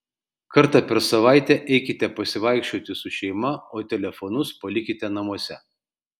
kartą per savaitę eikite pasivaikščioti su šeima o telefonus palikite namuose